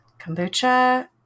kombucha